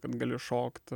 kad gali šokt